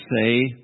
say